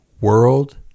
World